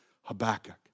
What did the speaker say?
Habakkuk